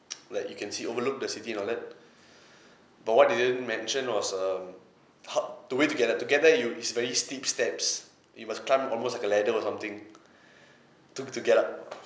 like you can see overlook the city and all that but what they didn't mention was um how the way to get there to get there you is very steep steps you must climb almost like a ladder or something took to get up